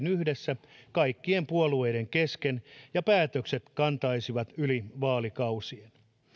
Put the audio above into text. yhdessä kaikkien puolueiden kesken ja päätökset kantaisivat yli vaalikausien